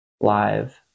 live